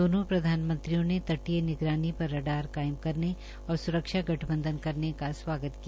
दोनो प्रधानमंत्रियों ने तटीय निगरानी पर रडार कायम करने और सुरक्षा गठबंधन करने का स्वागत किया